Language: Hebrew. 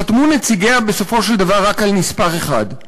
חתמו נציגיה בסופו של דבר רק על נספח אחד,